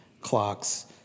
clocks